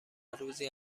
روزی